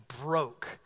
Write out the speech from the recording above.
broke